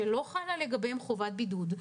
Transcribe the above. שלא חלה לגביהן חובת בידוד.